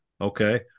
Okay